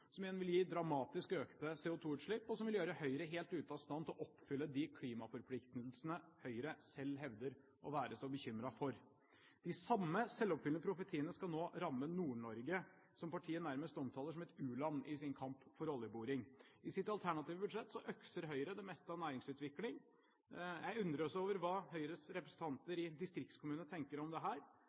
som igjen vil gi dramatisk økte CO2 -utslipp, og som vil gjøre Høyre helt ute av stand til å oppfylle de klimaforpliktelsene Høyre selv hevder å være så bekymret for. De samme selvoppfyllende profetiene skal nå ramme Nord-Norge, som partiet nærmest omtaler som et u-land i sin kamp for oljeboring. I sitt alternative budsjett økser Høyre ned det meste av næringsutvikling. Jeg undres over hva Høyres representanter i distriktskommunene tenker om